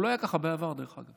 הוא לא היה ככה בעבר, דרך אגב.